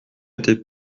était